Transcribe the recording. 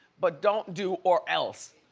but don't do or else.